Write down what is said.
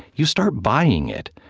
you start buying it.